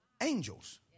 Angels